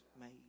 made